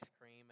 cream